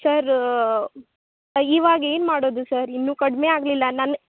sir ಇವಾಗ ಏನು ಮಾಡೋದು ಸರ್ ಇನ್ನು ಕಡ್ಮೆಯಾಗ್ಲಿಲ್ಲ ನನ್ನ